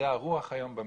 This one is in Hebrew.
זאת הרוח היום במדינה,